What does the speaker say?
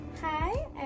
Hi